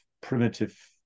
primitive